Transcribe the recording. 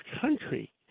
country